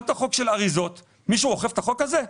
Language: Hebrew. שמת חוק של אריזות, מישהו אוכף את החוק הזה?